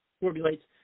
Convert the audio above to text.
formulates